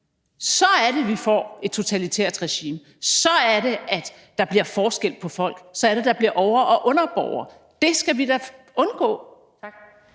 Så er det, vi får et totalitært regime; så er det, der bliver forskel på folk; så er det, der bliver over- og underborgere. Det skal vi da undgå.